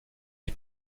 est